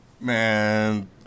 Man